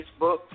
Facebook